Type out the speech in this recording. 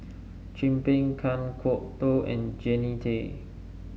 Chin Peng Kan Kwok Toh and Jannie Tay